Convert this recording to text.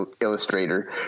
illustrator